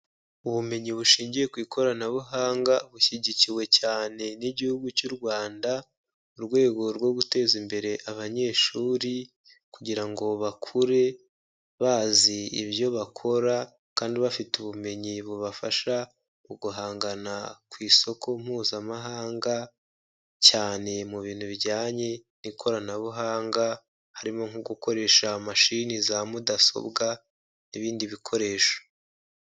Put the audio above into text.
Ubumenyi bushingiye ku ikoranabuhanga bushyigikiwe cyane n'igihugu cy'u rwanda mu rwego rwo guteza imbere abanyeshuri kugira ngo bakure bazi ibyo bakora kandi bafite ubumenyi bubafasha mu guhangana ku isoko mpuzamahanga. Cyane mu bintu bijyanye n'ikoranabuhanga harimo nko gukoresha imashini za mudasobwa n'ibindi bikoresho.